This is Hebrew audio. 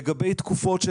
לגבי תקופות,